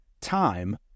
Time